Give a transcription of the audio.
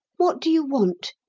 what do you want?